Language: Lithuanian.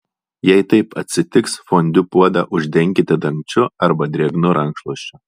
jei taip atsitiks fondiu puodą uždenkite dangčiu arba drėgnu rankšluosčiu